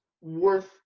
worth